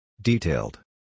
Detailed